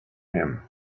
him